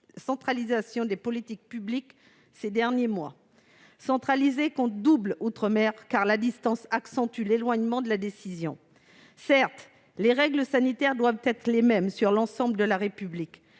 centralisation des politiques publiques ces derniers mois. En effet, centraliser compte double outre-mer, car la distance accentue l'éloignement de la décision. Certes, les règles sanitaires doivent être les mêmes pour l'ensemble de la République,